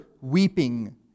weeping